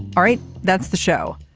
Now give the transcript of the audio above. all right. that's the show.